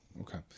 Okay